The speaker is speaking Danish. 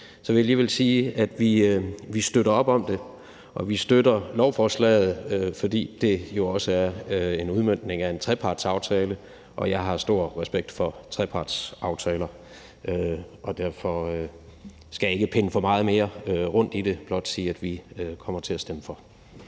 Vi vil alligevel sige, at vi støtter op om det, og vi støtter lovforslaget, fordi det jo også er en udmøntning af en trepartsaftale, og jeg har stor respekt for trepartsaftaler. Derfor skal jeg ikke pinde det meget mere ud og køre rundt i det, men blot sige, at vi kommer til at stemme for.